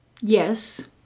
Yes